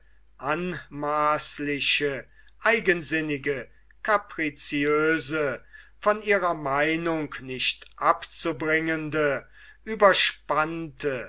anmaaßliche eigensinnige kapriziöse von ihrer meinung nicht abzubringende ueberspannte